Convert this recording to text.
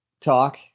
talk